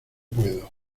puedo